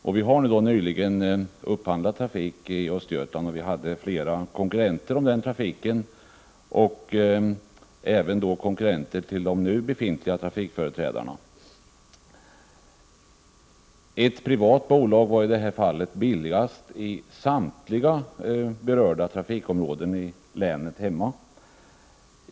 Vi upphandlade nyligen trafik i Östergötland, och det fanns då flera konkurrenter om trafiken, även konkurrenter till de nu befintliga trafikföreträdarna. Ett privat bolag var billigast i samtliga berörda trafikområden i länet.